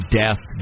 death